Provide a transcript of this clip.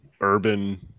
urban